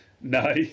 no